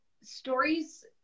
stories